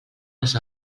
les